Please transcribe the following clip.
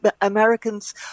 Americans